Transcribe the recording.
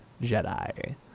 Jedi